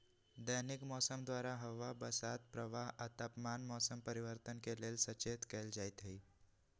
दैनिक मौसम द्वारा हवा बसात प्रवाह आ तापमान मौसम परिवर्तन के लेल सचेत कएल जाइत हइ